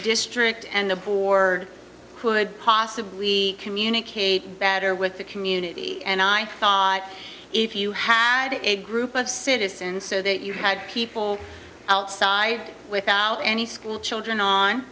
district and the board could possibly communicate better with the community and i thought if you had a group of citizens so that you had people outside without any school children on